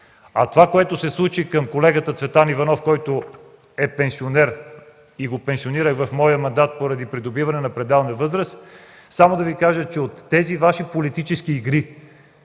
А това, което се случи към колегата Цветан Иванов, който е пенсионер – пенсионирах го в моя мандат поради придобиване на пределна възраст, само ще Ви кажа, че с тези Ваши политически игри